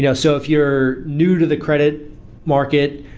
yeah so if you're new to the credit market,